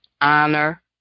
honor